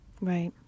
Right